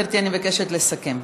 גברתי, אני מבקשת לסכם.